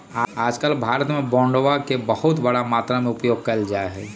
आजकल भारत में बांडवा के बहुत बड़ा मात्रा में उपयोग कइल जाहई